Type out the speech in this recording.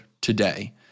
today